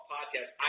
Podcast